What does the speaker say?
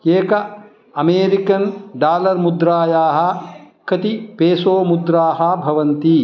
एकस्याः American dollar मुद्रायाः कति पेसो मुद्राः भवन्ति